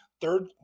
third